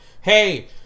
hey